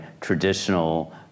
traditional